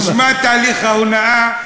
תשמע את תהליך ההונאה,